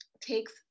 takes